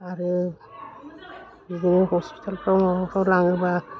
आरो बिदिनो हस्पितालफ्राव माबाफ्राव लाङोबा